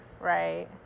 Right